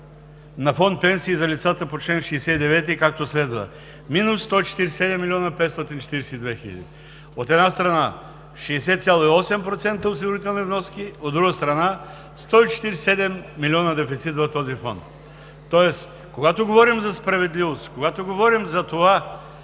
на фонд „Пенсии“ за лицата по чл. 69, както следва: минус 147 млн. 542 хиляди, от една страна, 60,8% осигурителни вноски, от друга страна, 147 милиона дефицит в този фонд. Тоест когато говорим за справедливост, когато говорим за това